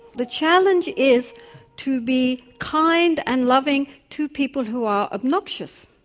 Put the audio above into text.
the challenge is to be kind and loving to people who are obnoxious,